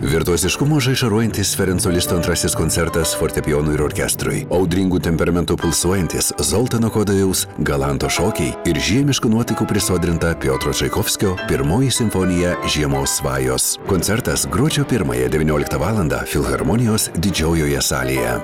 virtuoziškumu žaižaruojantis ferenco listo antrasis koncertas fortepijonui ir orkestrui audringu temperamentu pulsuojantis zolanto kedajaus galanto šokiai ir žiemiškų nuotaikų prisodrinta piotro čaikovskio pirmoji simfonija žiemos svajos koncertas gruodžio pirmąją devynioliktą valandą filharmonijos didžiojoje salėje